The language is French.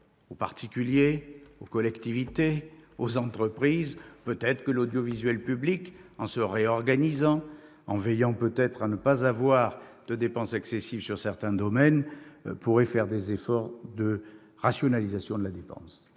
aux particuliers, aux collectivités, aux entreprises. Peut-être l'audiovisuel public, en se réorganisant, en veillant à ne pas encourir de dépenses excessives sur certains domaines, pourrait-il de même s'efforcer de rationaliser sa dépense.